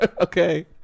Okay